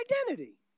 identity